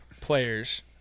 players